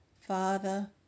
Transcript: Father